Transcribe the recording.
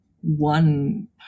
one